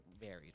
varied